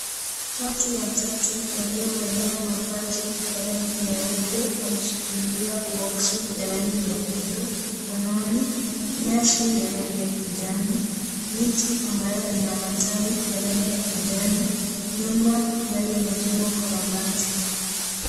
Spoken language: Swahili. Watu watatu waliovalia mavazi ya rangi nyeupe wameshikilia boksi ya rangi nyekundu mikononi, nyasi ya rangi ya kijani, miti ambayo ina matawi ya rangi ya kijani, nyumba ambayo imejengwa kwa mabati.